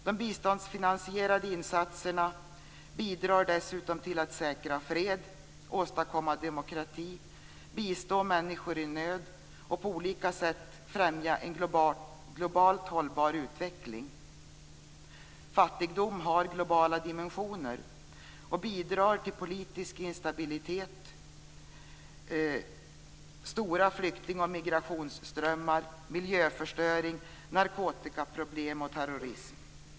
De biståndsfinansierade insatserna bidrar dessutom till att säkra fred, åstadkomma demokrati, bistå människor i nöd och på olika sätt främja en globalt hållbar utveckling. Fattigdom har globala dimensioner och bidrar till politisk instabilitet, stora flykting och migrationsströmmar, miljöförstöring, narkotikaproblem och terrorism.